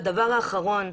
והדבר האחרון,